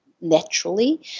naturally